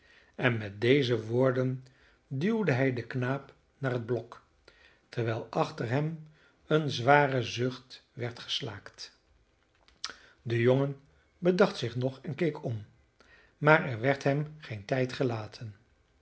en met deze woorden duwde hij den knaap naar het blok terwijl achter hem een zware zucht werd geslaakt de jongen bedacht zich nog en keek om maar er werd hem geen tijd gelaten